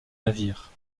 navires